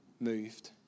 moved